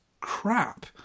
crap